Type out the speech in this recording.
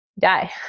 die